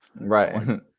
right